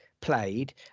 Played